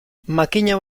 makina